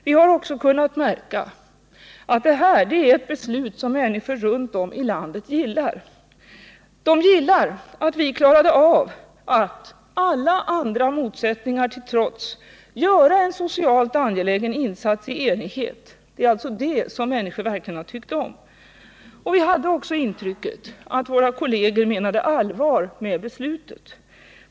Vi har också kunnat märka att det här är ett beslut som människor runt om i landet gillar. De gillar att vi klarade av att — alla andra motsättningar till trots — göra en socialt angelägen insats i enighet. Det har människor verkligen tyckt om. Vi hade också intrycket att våra kolleger menade allvar med beslutet.